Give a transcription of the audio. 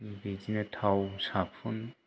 बिदिनो थाव साबुन